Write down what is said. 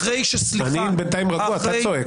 אני בינתיים רגוע, אתה צועק.